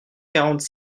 quarante